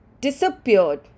disappeared